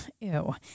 Ew